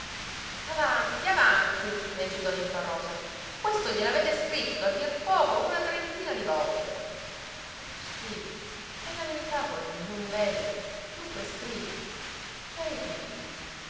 avanti avanti la incitò ninfarosa questo glielavete scritto a dir poco una trentina di volte e tu scrivi è la verità cuore mio non vedi dunque scrivi cari figli